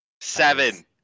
Seven